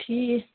ٹھیٖک